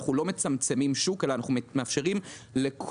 אנחנו לא מצמצמים שוק אלא מאפשרים לכל